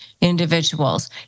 individuals